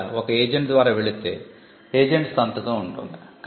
లేదా ఒక ఏజెంట్ ద్వారా వెళ్ళితే ఏజెంట్ సంతకం ఉంటుంది